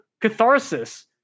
catharsis